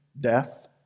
death